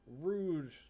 rude